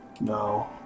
No